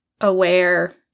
aware